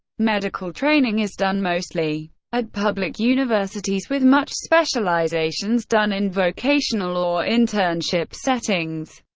medical training is done mostly at public universities with much specializations done in vocational or internship settings.